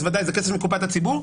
אז ודאי זה כסף מקופת הציבור.